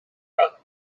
run